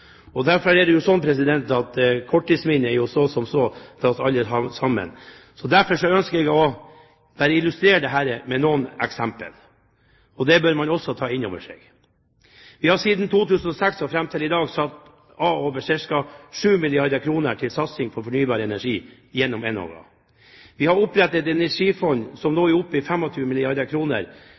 så derfor ønsker jeg å illustrere dette med noen eksempler, som man også bør ta inn over seg: Vi har siden 2006 og fram til i dag satt av ca. 7 milliarder kr til satsing på fornybar energi gjennom Enova. Vi har opprettet et energifond som nå er oppe i 25 milliarder